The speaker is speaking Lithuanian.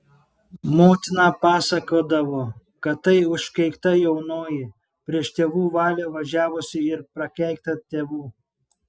motina pasakodavo kad tai užkeikta jaunoji prieš tėvų valią važiavusi ir prakeikta tėvų